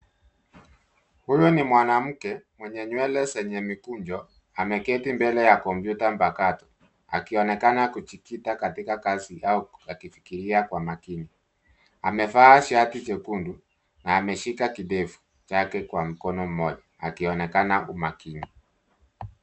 Huyu ni mwanamke mwenye nywele zenye mikunjo ameketi mbele ya kompyuta mpakato akionekana kujikita katika kazi au akifikiria kwa makini. Amevaa shati jekundu na ameshika kidevu chake kwa mkono mmoja akionekana umakini.